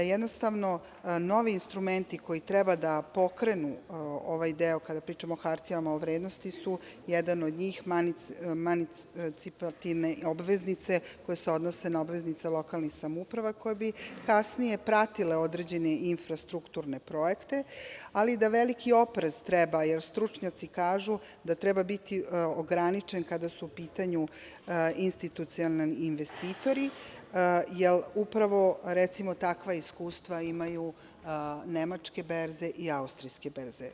Jednostavno novi instrumenti koji treba da pokrenu ovaj deo kada pričamo o hartijama od vrednosti su, jedan emancipovane obveznice koje se odnose na obveznice lokalnih samouprava koje su kasnije pratile određene i infrastrukturne projekte, ali da veliki oprez treba, jer stručnjaci kažu da treba biti ograničen kada su u pitanju institucionalni investitori, jer upravo recimo takva iskustva imaju nemačke berze i austrijske berze.